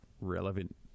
relevant